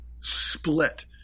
split